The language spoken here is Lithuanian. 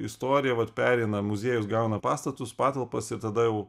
istorija vat pereina muziejus gauna pastatus patalpas ir tada jau